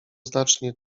znacznie